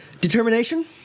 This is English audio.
Determination